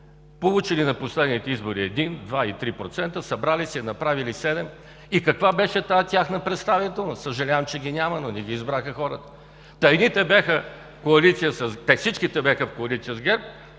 Получили на последните избори 1, 2 и 3 процента, събрали се и направили 7%. И каква беше тази тяхна представителност? Съжалявам, че ги няма, но не ги избраха хората. Всичките бяха в коалиция с ГЕРБ,